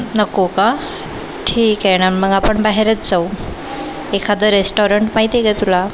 नको का ठिक आहे नं मग आपण बाहेरच जाऊ एखादं रेस्टॉरंट माहिती आहे का तुला